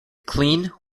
clean